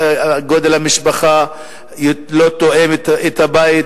גודל המשפחה לא תואם את הבית,